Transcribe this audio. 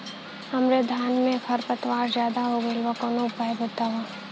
हमरे धान में खर पतवार ज्यादे हो गइल बा कवनो उपाय बतावा?